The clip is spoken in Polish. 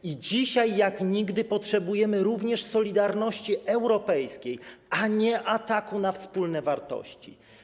I dzisiaj jak nigdy potrzebujemy również solidarności europejskiej, a nie ataku na wspólne wartości.